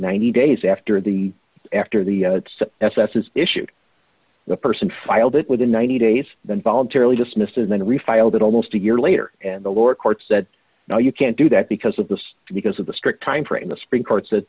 ninety days after the after the s s is issued the person filed it within ninety days then voluntarily dismissed and then refiled it almost a year later and the lower court said no you can't do that because of this because of the strict time frame the supreme court said